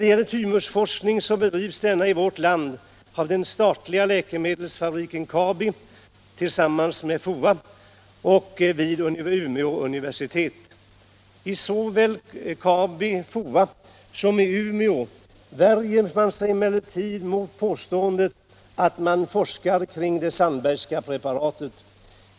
Tymusforskning bedrivs i vårt land av den statliga läkemedelsfabriken Kabi tillsammans med FOA och vid Umeå universitet. I såväl Kabi/FOA som Umeå värjer man sig mot påståendet att man forskar kring det Sandbergska preparatet.